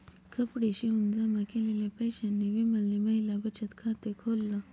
कपडे शिवून जमा केलेल्या पैशांनी विमलने महिला बचत खाते खोल्ल